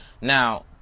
Now